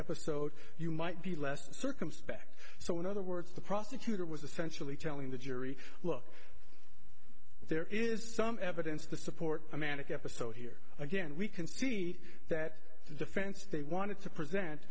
episode you might be less circumspect so in other words the prosecutor was essentially telling the jury look there is some evidence to support a manic episode here again we concede that the defense they wanted to present